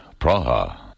Praha